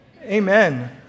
amen